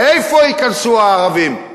לאיפה ייכנסו הערבים?